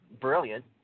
brilliant